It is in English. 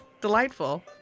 delightful